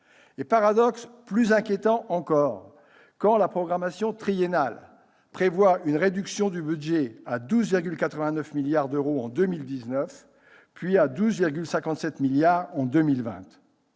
Paradoxe plus inquiétant encore quand la programmation triennale prévoit une réduction de budget à 12,89 milliards d'euros en 2019, puis à 12,57 milliards en 2020.